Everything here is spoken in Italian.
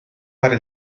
fare